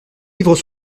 livres